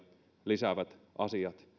lisäävät asiat